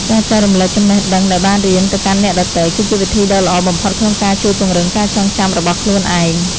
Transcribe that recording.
ការចែករំលែកចំណេះដឹងដែលបានរៀនទៅកាន់អ្នកដទៃ គឺជាវិធីដ៏ល្អបំផុតក្នុងការជួយពង្រឹងការចងចាំរបស់ខ្លួនឯង។